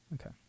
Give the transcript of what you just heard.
Okay